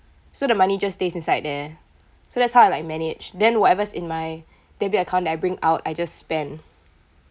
so the money just stays inside there so that's how I like manage then whatever's in my debit account that I bring out I just spend